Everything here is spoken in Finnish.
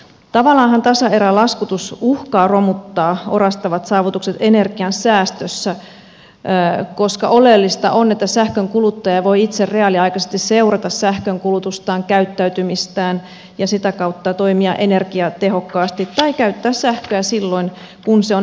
tavallaanhan tasaerälaskutus uhkaa romuttaa orastavat saavutukset energiansäästössä koska oleellista on että sähkönkuluttaja voi itse reaaliaikaisesti seurata sähkönkulutustaan käyttäytymistään ja sitä kautta toimia energiatehokkaasti tai käyttää sähköä silloin kun se on halvinta